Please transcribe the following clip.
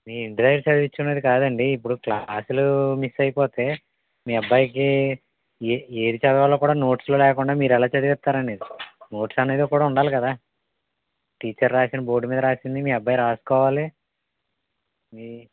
మీ ఇంటి దగ్గర చదివించుకునేది కాదండి ఇప్పుడు క్లాసులు మిస్ అయిపోతే మీ అబ్బాయికి ఏ ఏది చదవాలో కూడా నోట్స్లో లేకుండా మీరెలా చదివిస్తారనేది నోట్స్ అనేది కూడా ఉండాలి కదా టీచర్ రాసిన బోర్డు మీద రాసింది మీ అబ్బాయి రాసుకోవాలి మీ